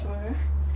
I would want to be